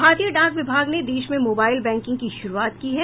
भारतीय डाक विभाग ने देश में मोबाईल बैंकिंग की शुरूआत की है